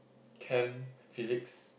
Chem Physics